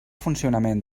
funcionament